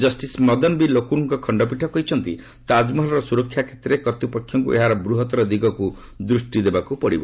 justice Madan B ଲୋକୁରଙ୍କ ଖଶ୍ତପୀଠ କହିଛନ୍ତି ତାଜମହଲ୍ର ସୁରକ୍ଷା କ୍ଷେତ୍ରରେ କର୍ତ୍ତୃପକ୍ଷଙ୍କୁ ଏହାର ବୃହତ୍ତର ଦିଗକୁ ଦୃଷ୍ଟି ଦେବାକୁ ପଡ଼ିବ